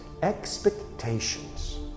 expectations